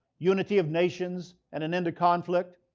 unity of nations and an end to conflict.